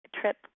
trip